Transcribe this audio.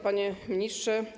Panie Ministrze!